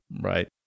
Right